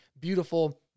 beautiful